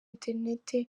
internet